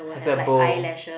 has a bow